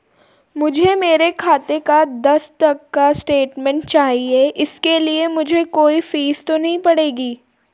मुझे मेरे खाते का दस तक का स्टेटमेंट चाहिए इसके लिए मुझे कोई फीस तो नहीं पड़ेगी?